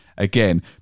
Again